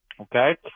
okay